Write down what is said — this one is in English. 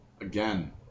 Again